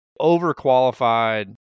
overqualified